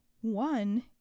One